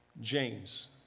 James